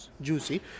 juicy